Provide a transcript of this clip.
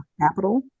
Capital